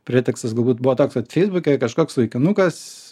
pretekstas galbūt buvo toks kad feisbuke kažkoks vaikinukas